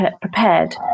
prepared